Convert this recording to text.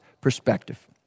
perspective